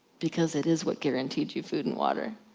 because it is what guaranteed you food and water.